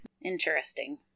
Interesting